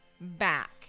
back